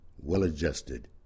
well-adjusted